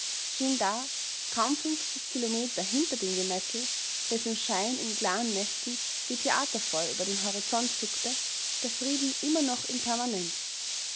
schien da kaum fünfzig kilometer hinter dem gemetzel dessen schein in klaren nächten wie theaterfeuer über den horizont zuckte der frieden immer noch in permanenz